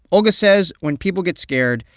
olga says, when people get scared,